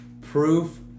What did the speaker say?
Proof